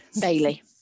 Bailey